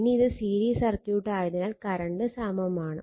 ഇനി ഇത് series circuit ആയതിനാൽ കറണ്ട് സമമാണ്